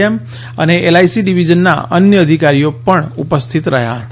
એમ અને એલઆઇસી ડિવિઝનના અન્ય અધિકારીઓ પણ ઉપસ્થિત રહ્યા હતા